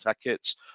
tickets